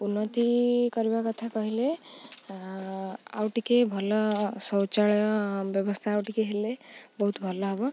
ଉନ୍ନତି କରିବା କଥା କହିଲେ ଆଉ ଟିକେ ଭଲ ଶୌଚାଳୟ ବ୍ୟବସ୍ଥା ଆଉ ଟିକେ ହେଲେ ବହୁତ ଭଲ ହେବ